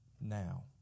now